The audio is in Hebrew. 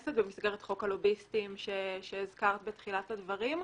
בכנסת במסגרת חוק הלוביסטים שהזכרת בתחילת הדברים.